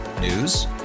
News